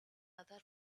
other